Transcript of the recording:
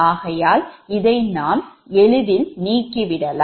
ஆகையால் இதை நாம் நீக்கிவிடலாம்